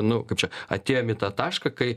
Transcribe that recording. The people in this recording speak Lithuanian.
nu kaip čia atėjom į tą tašką kai